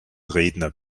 redner